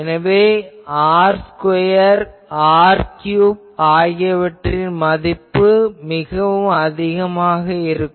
எனவே r2 r3 ஆகியவற்றின் மதிப்பு அதிகமாக இருக்கும்